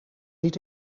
niet